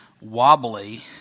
wobbly